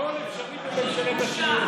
הכול אפשרי בממשלת השינוי.